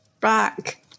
back